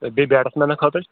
تہٕ بیٚیہِ بیٹَس مینَن خٲطرٕ